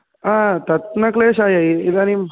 आ तत्नक्लेशाय इदानीं